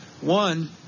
One